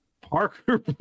Parker